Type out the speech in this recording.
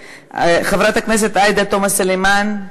חברת הכנסת עאידה תומא סלימאן,